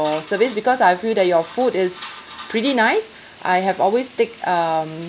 service because I feel that your food is pretty nice I have always take um